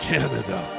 Canada